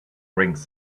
rings